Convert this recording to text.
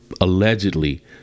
allegedly